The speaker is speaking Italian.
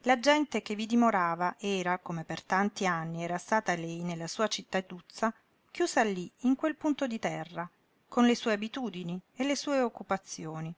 la gente che vi dimorava era come per tanti anni era stata lei nella sua cittaduzza chiusa lí in quel punto di terra con le sue abitudini e le sue occupazioni